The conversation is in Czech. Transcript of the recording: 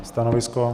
Stanovisko?